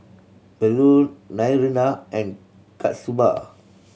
Bellur Naraina and Kasturba